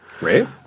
Right